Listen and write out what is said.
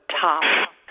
top